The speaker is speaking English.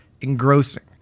engrossing